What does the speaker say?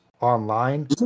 online